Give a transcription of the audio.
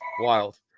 wild